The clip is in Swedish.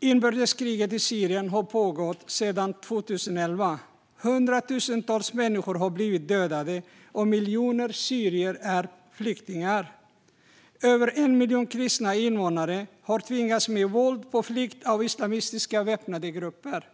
Inbördeskriget i Syrien har pågått sedan 2011. Hundratusentals människor har blivit dödade, och miljoner syrier är flyktingar. Över en miljon kristna invånare har med våld tvingats på flykt av islamistiska väpnade grupper.